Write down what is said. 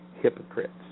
hypocrites